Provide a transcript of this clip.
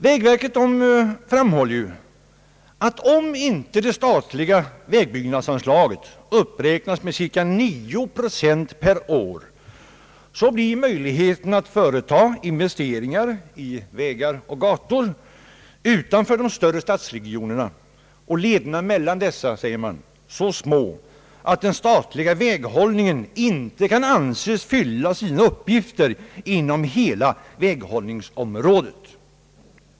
Vägverket framhåller att om inte det statliga vägbyggnadsanslaget uppräknas med cirka 9 procent per år, blir möjligheterna att företa investeringar i vägar och gator utanför de större stadsregionerna och lederna mellan dessa så små, att den statliga väghållningen inte kan anses fylla sina uppgifter inom hela väghållningsområdet.